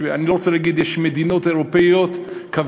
אני לא רוצה להגיד, יש מדינות אירופיות שתומכות